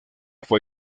fue